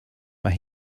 mae